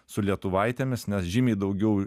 su lietuvaitėmis nes žymiai daugiau